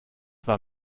war